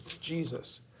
Jesus